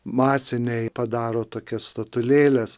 masiniai padaro tokias statulėles